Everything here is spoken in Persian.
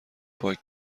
پاک